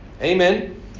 amen